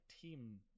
team